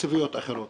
התקציביות האחרות.